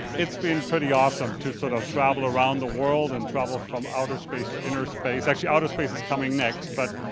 it's been pretty awesome to sort of travel around the world and travel from outer space to inner space. actually outer space is coming next but,